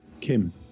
Kim